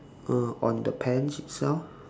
uh on the pants itself